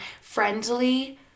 friendly